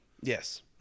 Yes